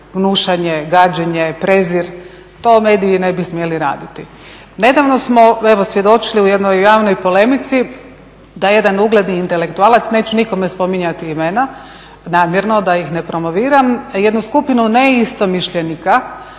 gnušanje, gađenje, prijezir, to mediji ne bi smjeli raditi. Nedavno smo evo svjedočili u jednoj javnoj polemici da jedan ugledni intelektualac, neću nikome spominjati imena namjerno da ih ne promoviram, jednu skupinu ne istomišljenika